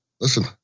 listen